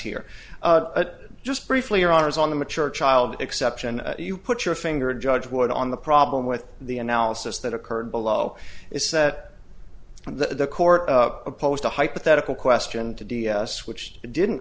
here just briefly or honors on the mature child exception you put your finger judge wood on the problem with the analysis that occurred below is that the court opposed a hypothetical question to d s which didn't